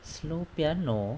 slow piano